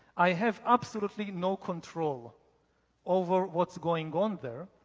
i have absolutely no control over what's going on there